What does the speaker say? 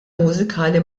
mużikali